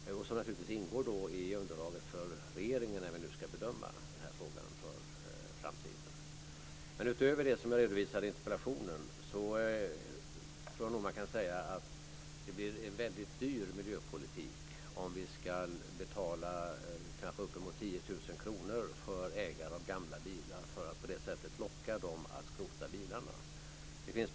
De ingår naturligtvis i underlaget när nu regeringen ska bedöma den här frågan för framtiden. Utöver det som jag redovisade i interpellationssvaret, kan man säga att det blir en väldigt dyr miljöpolitik om vi ska betala kanske uppemot 10 000 kr till ägare av gamla bilar för att de ska lockas att skrota bilarna.